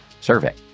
survey